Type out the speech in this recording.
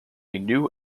new